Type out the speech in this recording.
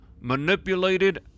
manipulated